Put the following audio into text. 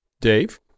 Dave